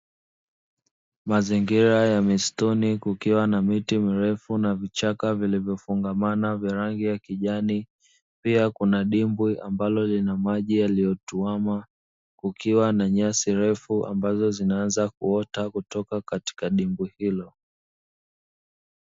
Mazingira ya misituni kukiwa na miti mirefu na vichaka vilivyofungamana vya rangi ya kijani, pia Kuna dimbwi ambalo lina maji yaliyotuama, kukiwa na nyasi ndefu ambazo zinaanza kuota kutoka katika dimbwi hilo.